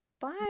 Bye